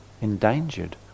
endangered